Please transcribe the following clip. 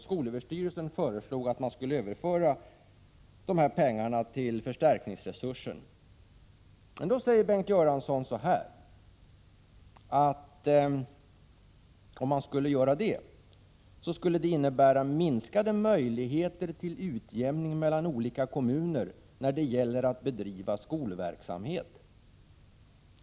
Skolöverstyrelsen föreslog att man skulle överföra pengarna till förstärkningsresursen. Då sade Bengt Göransson att om man skulle göra det, skulle det innebära minskade möjligheter till utjämning mellan olika kommuner när det gäller att bedriva skolverksamhet.